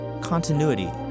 continuity